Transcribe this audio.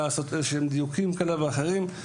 לעשות איזה שהם דיוקים כאלה ואחרים,